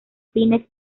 fines